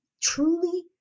truly